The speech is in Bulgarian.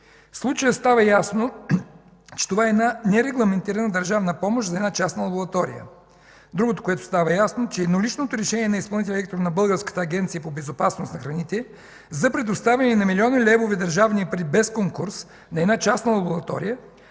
случая става ясно, че това е една нерегламентирана държавна помощ за една частна лаборатория. Другото, което става ясно, е, че едноличното решение на изпълнителния директор на Българската агенция по безопасност на храните за предоставяне на милиони левове държавни пари без конкурс на една частна лаборатория